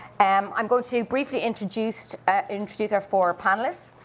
and i'm going to briefly introduce ah introduce our four panelists.